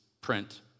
print